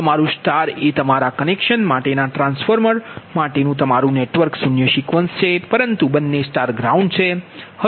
તેથી આ તમારુ સ્ટાર એ તમારા કનેક્શન માટેના ટ્રાન્સફોર્મર માટેનું તમારું નેટવર્ક શૂન્ય સિક્વન્સ છે પરંતુ બંને સ્ટાર ગ્રાઉન્ડ છે